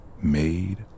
made